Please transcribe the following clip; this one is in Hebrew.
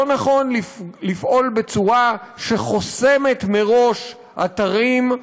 לא נכון לפעול בצורה שחוסמת מראש אתרים,